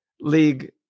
league